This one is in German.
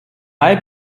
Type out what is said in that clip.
mai